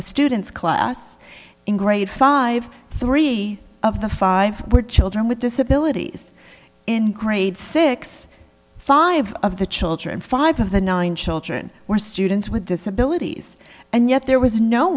the students class in grade five three of the five were children with disabilities in grade six five of the children five of the nine children were students with disabilities and yet there was no